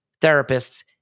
therapists